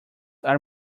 are